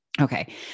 Okay